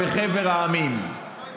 בחבר המדינות.